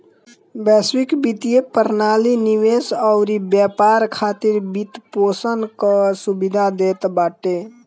वैश्विक वित्तीय प्रणाली निवेश अउरी व्यापार खातिर वित्तपोषण कअ सुविधा देत बाटे